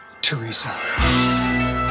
Teresa